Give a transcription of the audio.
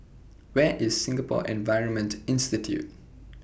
Where IS Singapore Environment Institute